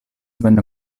venne